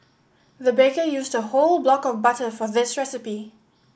the baker used a whole block of butter for this recipe